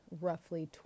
roughly